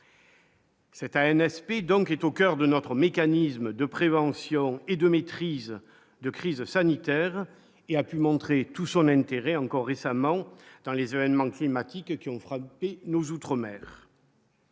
donc qui est au coeur de notre mécanisme de prévention et de maîtrise de crise sanitaire et a pu montrer tout son intérêt encore récemment dans les événements climatiques qui ont frappé et nous outre-mer.